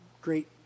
great